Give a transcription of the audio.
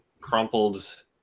crumpled